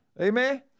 Amen